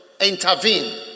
intervene